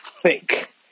thick